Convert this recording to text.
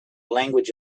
language